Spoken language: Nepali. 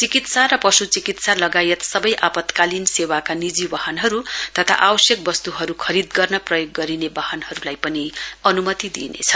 चिकित्सा र पशु चिकित्सा लगायत सबै आपतकालीन सेवाका निजी वाहनहरु तथा आवश्यक वस्तुहरु खरीद गर्न प्रयोग गरिने वाहनहरुलाई पनि अनुमति दिइनेछ